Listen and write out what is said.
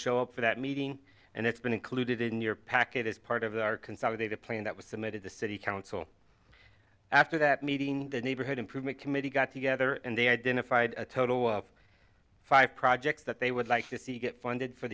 show up for that meeting and it's been included in your package as part of our consolidated plan that was submitted to city council after that meeting the neighborhood improvement committee got together and they identified a total of five projects that they would like to see get funded for